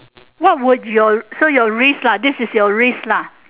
what would your so your risk lah this is your risk lah